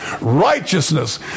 righteousness